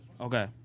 Okay